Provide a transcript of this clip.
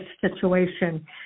situation